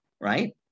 right